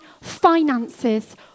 finances